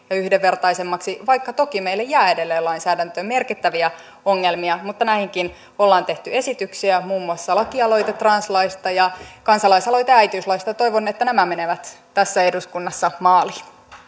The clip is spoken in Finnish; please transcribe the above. ja yhdenvertaisemmaksi vaikka toki meille jää edelleen lainsäädäntöön merkittäviä ongelmia mutta näihinkin on tehty esityksiä muun muassa lakialoite translaista ja kansalaisaloite äitiyslaista ja toivon että nämä menevät tässä eduskunnassa maaliin